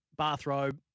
Bathrobe